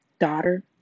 Daughter